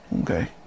Okay